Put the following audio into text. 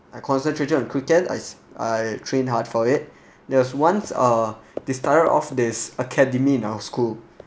I concentrated on cricket I I train hard for it there was once uh they started off this academy in our school